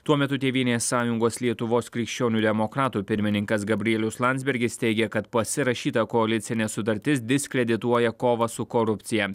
tuo metu tėvynės sąjungos lietuvos krikščionių demokratų pirmininkas gabrielius landsbergis teigia kad pasirašyta koalicinė sutartis diskredituoja kovą su korupcija